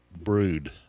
brood